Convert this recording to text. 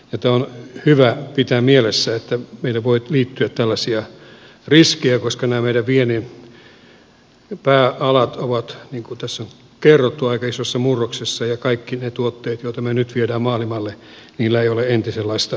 tämä on hyvä pitää mielessä että meillä voi liittyä tällaisia riskejä koska nämä meidän viennin pääalat ovat niin kuin tässä on kerrottu aika isossa murroksessa ja kaikille niille tuotteille joita me nyt viemme maailmalle ei ole entisenlaista kysyntää